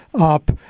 up